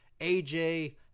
AJ